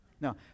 no